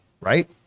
right